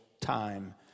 time